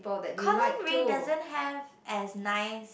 Colin Ryan doesn't have as nice